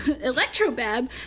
Electro-Bab